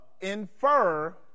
infer